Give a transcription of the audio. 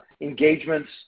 engagements